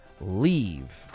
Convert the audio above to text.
leave